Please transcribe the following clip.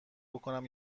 بکـنم